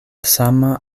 sama